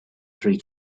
three